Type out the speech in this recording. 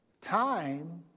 Time